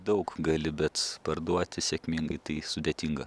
daug gali bet parduoti sėkmingai tai sudėtinga